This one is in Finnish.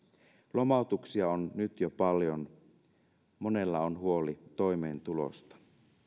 lomautuksia on nyt jo paljon monella on huoli toimeentulosta